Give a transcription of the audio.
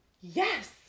yes